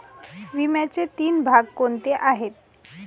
विम्याचे तीन भाग कोणते आहेत?